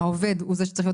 האישור צריך להיות